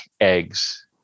eggs